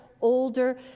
older